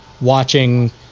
watching